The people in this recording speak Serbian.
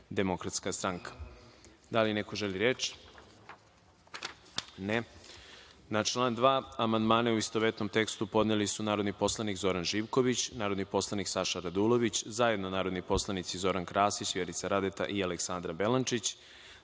Poslaničke grupe DS.Da li neko želi reč? (Ne.)Na član 2. amandmane, u istovetnom tekstu, podneli su narodni poslanik Zoran Živković, narodni poslanik Saša Radulović, zajedno narodni poslanici Zoran Krasić, Vjerica Radeta i Aleksandra Belačić,